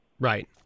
Right